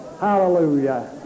hallelujah